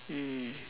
mm